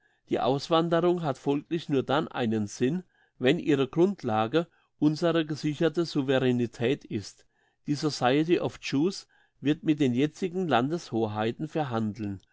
die auswanderung hat folglich nur dann einen sinn wenn ihre grundlage unsere gesicherte souveränetät ist die society of jews wird mit den jetzigen landeshoheiten verhandeln